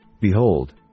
Behold